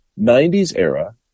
90s-era